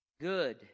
good